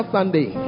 Sunday